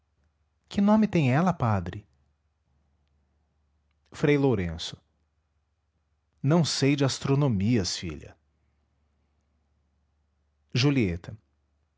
que nome tem ela padre frei lourenço não sei de astronomias filha julieta